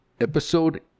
Episode